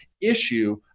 issue